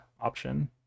option